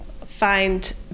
find